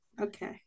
Okay